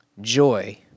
joy